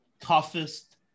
toughest